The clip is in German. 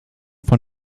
von